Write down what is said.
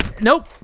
Nope